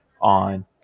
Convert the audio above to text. on